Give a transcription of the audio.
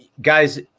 guys